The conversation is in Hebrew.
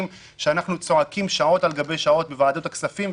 שאנחנו צועקים שעות על גבי שעות בוועדות הכספים,